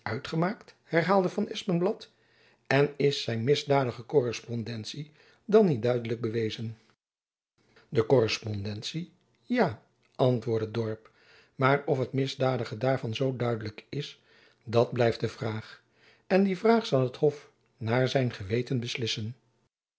uitgemaakt herhaalde van espenblad en is zijn misdadige korrespondentie dan niet duidelijk bewezen de korrespondentie ja antwoordde dorp maar of het misdadige daarvan zoo duidelijk is dat blijft de vraag en die vraag zal het hof naar zijn geweten beslissen